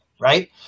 right